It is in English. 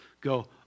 go